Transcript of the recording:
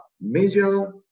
major